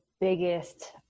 biggest